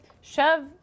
shove